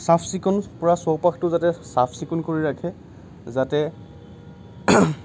চাফ চিকুণ পূৰা চৌপাশটো যাতে চাফ চিকুণ কৰি ৰাখে যাতে